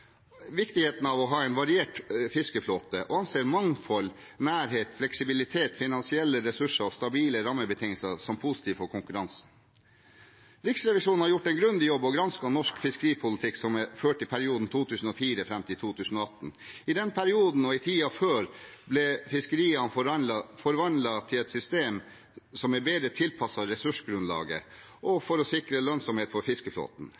viktigheten av å ha en variert fiskeflåte og anser mangfold, nærhet, fleksibilitet, finansielle ressurser og stabile rammebetingelser som positivt for konkurranse. Riksrevisjonen har gjort en grundig jobb og gransket norsk fiskeripolitikk som er ført i perioden fra 2004 og fram til 2018. I denne perioden og i tiden før ble fiskeriene forandret til et system som er bedre tilpasset ressursgrunnlaget og kan sikre lønnsomhet for fiskeflåten.